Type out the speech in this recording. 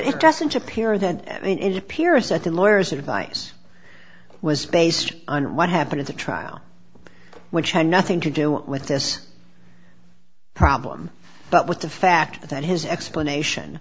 it doesn't appear that it appears that the lawyers advice was based on what happened in the trial which had nothing to do with this problem but with the fact that his explanation